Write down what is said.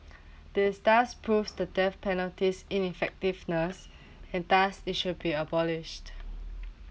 this thus proves the death penalty ineffectiveness and thus it should be abolished